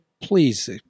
please